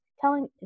telling